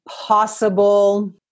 possible